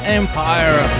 empire